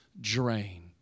drain